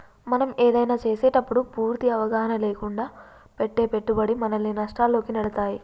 మనం ఏదైనా చేసేటప్పుడు పూర్తి అవగాహన లేకుండా పెట్టే పెట్టుబడి మనల్ని నష్టాల్లోకి నెడతాయి